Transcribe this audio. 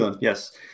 Yes